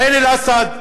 עין-אל-אסד,